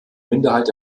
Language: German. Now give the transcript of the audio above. minderheit